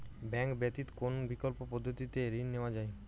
Bank ব্যতিত কোন বিকল্প পদ্ধতিতে ঋণ নেওয়া যায়?